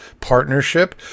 partnership